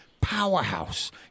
powerhouse